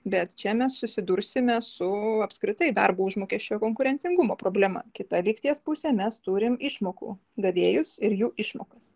bet čia mes susidursime su apskritai darbo užmokesčio konkurencingumo problema kita lygties pusę mes turime išmokų gavėjus ir jų išmokos